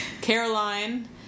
Caroline